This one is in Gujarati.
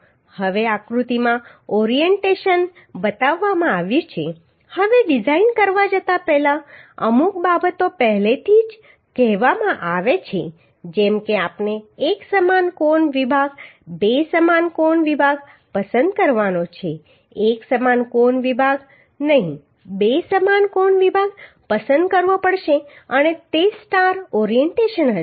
હવે આકૃતિમાં ઓરિએન્ટેશન બતાવવામાં આવ્યું છે હવે ડિઝાઇન કરવા જતાં પહેલાં અમુક બાબતો પહેલેથી જ કહેવામાં આવી છે જેમ કે આપણે એક સમાન કોણ વિભાગ 2 સમાન કોણ વિભાગ પસંદ કરવાનો છે એક સમાન કોણ વિભાગ નહીં 2 સમાન કોણ વિભાગ પસંદ કરવો પડશે અને તે સ્ટાર ઓરિએન્ટેશન હશે